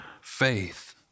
faith